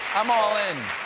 i'm all in.